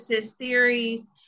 theories